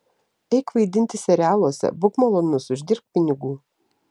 eik vaidinti serialuose būk malonus uždirbk pinigų